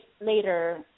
later